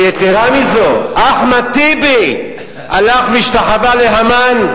ויתירה מזו, אחמד טיבי הלך והשתחווה להמן,